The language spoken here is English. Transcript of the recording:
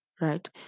right